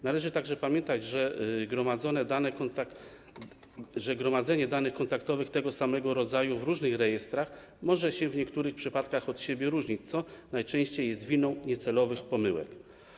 Należy także pamiętać, że gromadzenie danych kontaktowych tego samego rodzaju w różnych rejestrach może się w niektórych przypadkach od siebie różnić, co najczęściej jest winą niecelowych pomyłek.